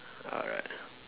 alright